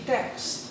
Text